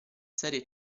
serie